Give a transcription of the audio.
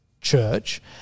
church